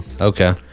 Okay